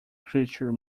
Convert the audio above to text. creature